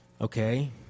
Okay